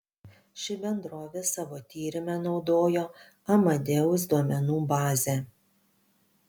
ši bendrovė savo tyrime naudojo amadeus duomenų bazę